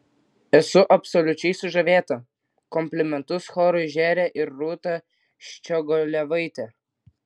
esu absoliučiai sužavėta komplimentus chorui žėrė ir rūta ščiogolevaitė